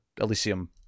elysium